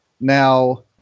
now